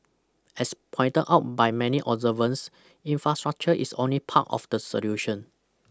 as pointed out by many observers infrastructure is only part of the solution